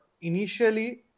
initially